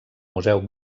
museu